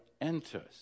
enters